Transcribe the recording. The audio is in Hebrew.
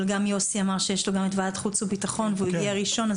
אבל גם יוסי אמר שיש לו גם את וועדת חוץ ובטחון והוא הגיע ראשון,